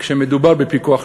כשמדובר בפיקח נפש,